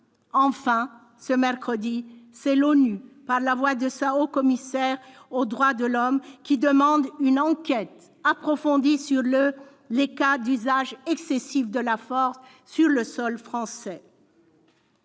Enfin, ce mercredi, c'est l'ONU, par la voix de sa haut-commissaire aux droits de l'homme, qui demande une enquête approfondie sur les cas d'usage excessif de la force sur le sol français.